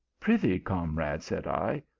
pry thee, comrade, said i,